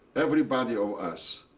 everybody of us,